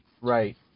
right